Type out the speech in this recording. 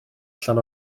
allan